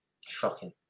shocking